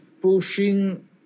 Pushing